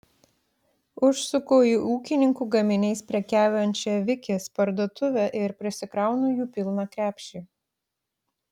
užsuku į ūkininkų gaminiais prekiaujančią vikis parduotuvę ir prisikraunu jų pilną krepšį